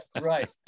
right